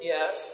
Yes